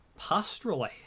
pastorally